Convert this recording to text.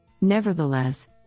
Nevertheless